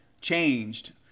changed